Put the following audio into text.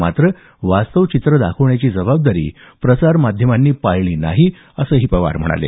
मात्र वास्तव चित्रं दाखवण्याची जबाबदारी प्रसार माध्यमांनी पाळली नाही असंही पवार म्हणाले